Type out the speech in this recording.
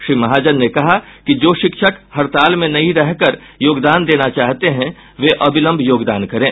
श्री महाजन ने कहा कि जो शिक्षक हड़ताल में नहीं रहकर योगदान देना चाहते हैं वे अविलंब योगदान करें